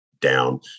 down